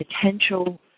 potential